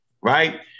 right